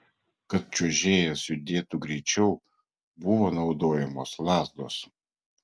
kad čiuožėjas judėtų greičiau buvo naudojamos lazdos